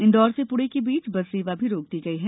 इंदौर से पुणे के बीच बस सेवा भी रोक दी गई है